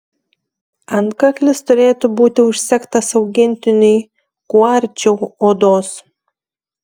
antkaklis turėtų būti užsegtas augintiniui kuo arčiau odos